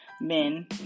men